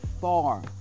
far